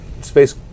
space